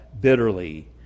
bitterly